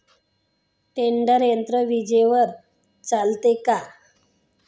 Tedder यंत्र विजेवर चालते का?